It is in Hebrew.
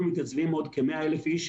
תנו לאנשים כמה אופציות ואולי אחת האופציות